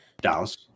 Dallas